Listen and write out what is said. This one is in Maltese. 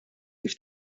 kif